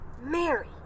Mary